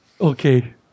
Okay